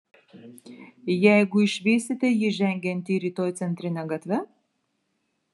jeigu išvysite jį žengiantį rytoj centrine gatve